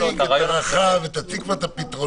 תציג את הרחב ותציג כבר את הפתרונות,